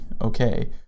okay